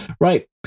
right